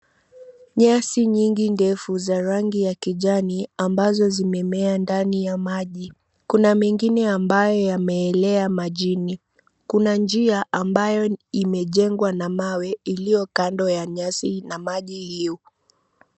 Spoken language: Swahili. Nyasi nyingi ndefu za rangi ya kijani ambazo zimemea ndani ya maji. Kuna mengine ambayo yameelea majini. Kuna njia ambayo imejengwa na mawe iliyo kando ya nyasi na maji hiyo.